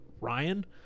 Ryan